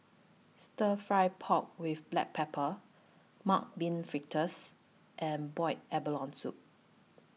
Stir Fry Pork with Black Pepper Mung Bean Fritters and boiled abalone Soup